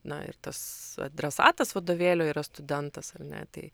na ir tas adresatas vadovėlio yra studentas ar ne tai